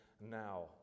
now